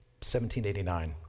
1789